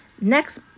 Next